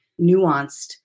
nuanced